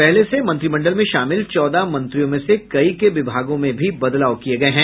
पहले से मंत्रिमंडल में शामिल चौदह मंत्रियों में से कई के विभागों में भी बदलाव किये गये है